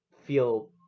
feel